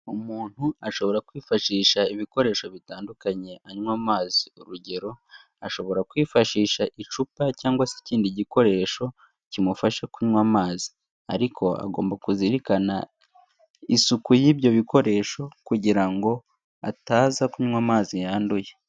Umuntu ashobora kwifashisha ibikoresho bitandukanye anywa amazi. urugero; ashobora kwifashisha icupa cyangwa se ikindi gikoresho kimufasha kunywa amazi, ariko agomba kuzirikana isuku y'ibyo bikoresho kugira ngo ataza kunywa amazi yanduye.